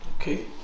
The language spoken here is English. Okay